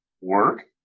Work